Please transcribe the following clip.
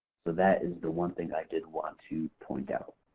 so that is the one thing i did want to point out.